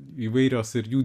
įvairios ir jų